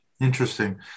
Interesting